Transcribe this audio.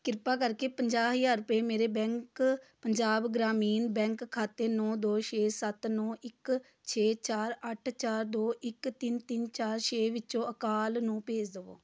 ਕਿਰਪਾ ਕਰਕੇ ਪੰਜਾਹ ਹਜ਼ਾਰ ਰੁਪਏ ਮੇਰੇ ਬੈਂਕ ਪੰਜਾਬ ਗ੍ਰਾਮੀਣ ਬੈਂਕ ਖਾਤੇ ਨੌਂ ਦੋ ਛੇ ਸੱਤ ਨੌਂ ਇਕ ਛੇ ਚਾਰ ਅੱਠ ਚਾਰ ਦੋ ਇਕ ਤਿੰਨ ਤਿੰਨ ਚਾਰ ਛੇ ਵਿੱਚੋਂ ਅਕਾਲ ਨੂੰ ਭੇਜ ਦਵੋ